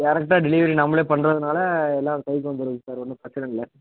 டேரெக்டாக டெலிவரி நம்மளே பண்ணுறதுனால எல்லாம் கைக்கு வந்துடுங்க சார் ஒன்றும் பிரச்சனை இல்லை